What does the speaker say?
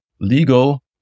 legal